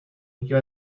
you